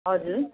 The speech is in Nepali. हजुर